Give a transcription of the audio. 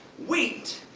wheat,